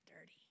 dirty